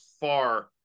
far